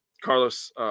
Carlos